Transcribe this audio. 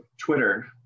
Twitter